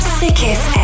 sickest